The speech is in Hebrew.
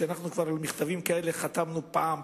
ואומר שאנחנו על מכתבים כאלה כבר חתמנו פעם,